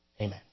Amen